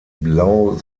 blau